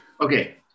Okay